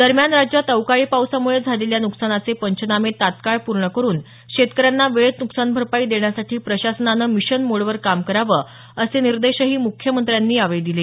दरम्यान राज्यात अवकाळी पावसामुळे झालेल्या नुकसानाचे पंचनामे तत्काळ पूर्ण करुन शेतकऱ्यांना वेळेत न्कसानभरपाई देण्यासाठी प्रशासनानं मिशन मोडवर काम करावं असे निर्देशही मुख्यमंत्र्यांनी यावेळी दिले